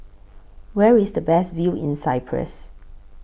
Where IS The Best View in Cyprus